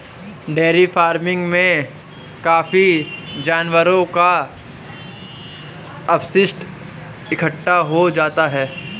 dairy farming में काफी जानवरों का अपशिष्ट इकट्ठा हो जाता है